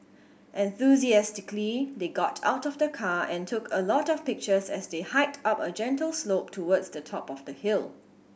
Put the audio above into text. enthusiastically they got out of the car and took a lot of pictures as they hiked up a gentle slope towards the top of the hill